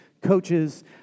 coaches